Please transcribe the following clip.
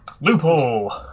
Loophole